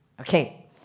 Okay